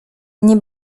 nie